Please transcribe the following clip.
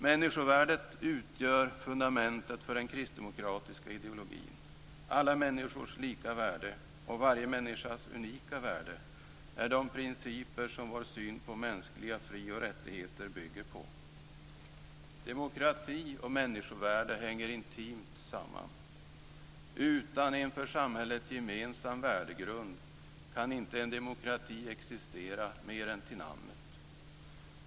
Människovärdet utgör fundamentet för den kristdemokratiska ideologin. Alla människors lika värde och varje människas unika värde är de principer som vår syn på mänskliga fri och rättigheter bygger på. Demokrati och människovärde hänger intimt samman. Utan en för samhället gemensam värdegrund kan inte en demokrati existera mer än till namnet.